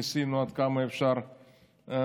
וניסינו עד כמה שאפשר להתחשב,